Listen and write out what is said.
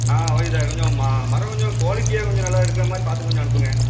ஆ okay sir கொஞ்சம் ம மரம் கொஞ்சம் குவாலிட்டியாக கொஞ்சம் நல்லாயிருக்குற மாதிரி பார்த்து கொஞ்சம் அனுப்புங்க